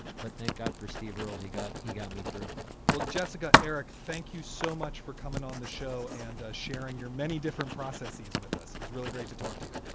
but thank god for steve earle. he got he got me through well, jessica. eric, thank you so much for coming on the show and sharing your many different processes with us. it was really great to talk to you.